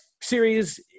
series